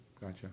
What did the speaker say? Gotcha